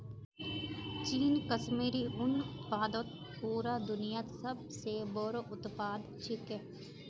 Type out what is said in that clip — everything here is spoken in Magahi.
चीन कश्मीरी उन उत्पादनत पूरा दुन्यात सब स बोरो उत्पादक छिके